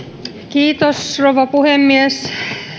rouva puhemies